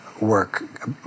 work